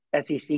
SEC